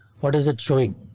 what is it showing?